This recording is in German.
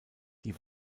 die